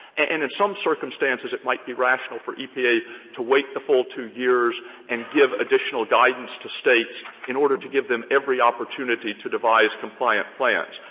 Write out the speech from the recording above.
and in some circumstances, it might be rational for epa to wait the full two years and give additional guidance to states in order to give them every opportunity to devise compliance plans.